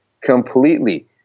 Completely